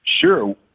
sure